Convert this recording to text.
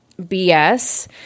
BS